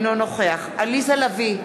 אינו נוכח עליזה לביא,